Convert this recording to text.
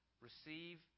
Receive